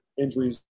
injuries